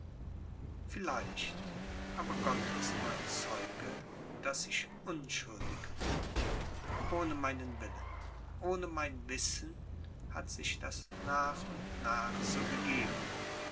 vielleicht aber gott ist mein zeuge daß ich unschuldig bin ohne meinen willen ohne mein wissen hat sich das nach und nach so gegeben